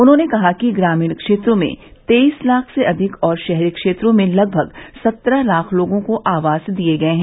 उन्होंने कहा कि ग्रामीण क्षेत्रों में तेईस लाख से अधिक और शहरी क्षेत्रों में लगभग सत्रह लाख लोगों को आवास दिए गए हैं